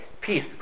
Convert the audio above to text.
peace